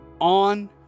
on